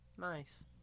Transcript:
nice